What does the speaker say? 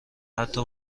حتی